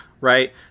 right